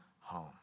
home